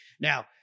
Now